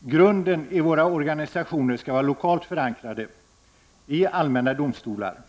Grunden i våra organisationer skall vara lokalt förankrade i allmänna domstolar.